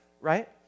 right